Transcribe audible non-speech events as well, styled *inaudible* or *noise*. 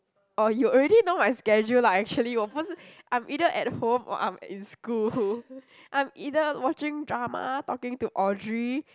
orh you already know my schedule lah actually 我不是 I'm either at home or I'm at in school *laughs* I'm either watching drama talking to Audrey